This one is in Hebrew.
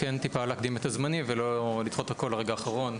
כן טיפה להקדים את הזמנים ולא לדחות את הכול לרגע האחרון,